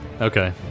Okay